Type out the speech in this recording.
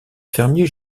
fermier